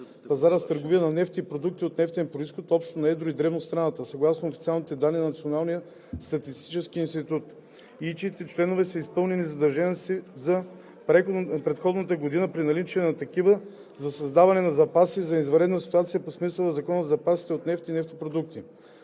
пазара с търговията на нефт и продукти от нефтен произход общо на едро и дребно в страната, съгласно официалните данни на Националния статистически институт и чиито членове са изпълнили задълженията си за предходната година, при наличие на такива, за създаване на запаси за извънредни ситуации по смисъла на Закона за запасите от нефт и нефтопродукти.